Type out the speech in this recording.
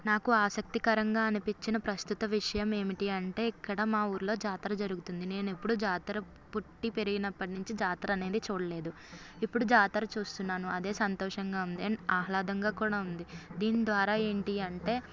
నాకు ఆసక్తికరంగా అనిపించిన ప్రస్తుత విషయం ఏమిటి అంటే ఇక్కడ మా ఊరిలో జాతర జరుగుతుంది నేనెప్పుడూ జాతర పుట్టి పెరిగినప్పటి నుంచి జాతర అనేది చూడలేదు ఇప్పుడు జాతర చూస్తున్నాను అదే సంతోషంగా అండ్ ఆహ్లాదంగా కూడా ఉంది దీని ద్వారా ఏంటి అంటే